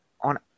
on